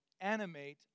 animate